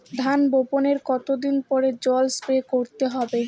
ধান বপনের কতদিন পরে জল স্প্রে করতে হবে?